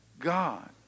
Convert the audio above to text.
God